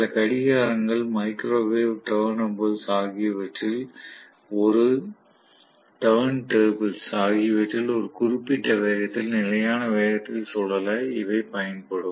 சில கடிகாரங்கள் microwave turntables ஆகியவற்றில் ஒரு குறிப்பிட்ட வேகத்தில் நிலையான வேகத்தில் சுழல இவை பயன்படும்